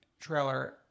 trailer